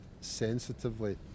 sensitively